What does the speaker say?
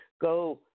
Go